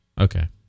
Okay